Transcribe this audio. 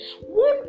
one